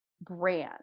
brand